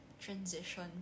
transition